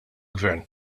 gvern